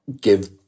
give